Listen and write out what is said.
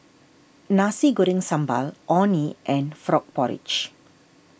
Nasi Goreng Sambal Orh Nee and Frog Porridge